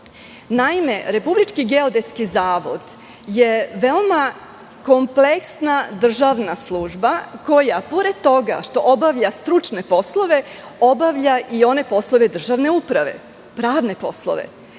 nisu geodetske. Naime, RGZ je veoma kompleksna državna služba koja pored toga što obavlja stručne poslove, obavlja i poslove državne uprave, pravne poslove.